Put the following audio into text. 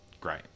Great